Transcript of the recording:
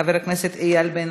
חבר הכנסת באסל גטאס,